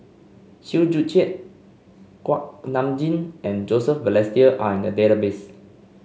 Chew Joo Chiat Kuak Nam Jin and Joseph Balestier are in the database